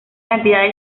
cantidad